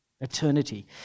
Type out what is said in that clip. Eternity